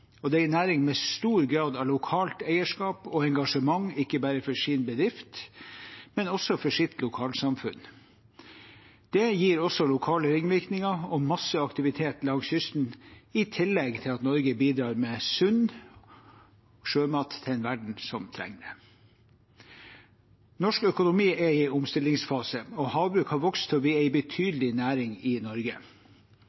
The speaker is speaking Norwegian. Det er en næring med stor grad av lokalt eierskap og engasjement ikke bare for sin bedrift, men også for sitt lokalsamfunn. Det gir lokale ringvirkninger og masse aktivitet langs kysten, i tillegg til at Norge bidrar med sunn sjømat til en verden som trenger det. Norsk økonomi er i en omstillingsfase, og havbruk har vokst til å bli en betydelig næring i Norge. Havbruksnæringen er